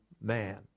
man